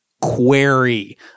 query